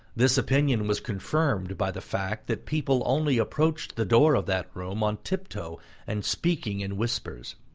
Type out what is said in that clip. this opinion was confirmed by the fact that people only approached the door of that room on tiptoe and speaking in whispers.